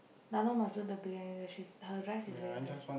Thano must do the Briyani rice her rice is very nice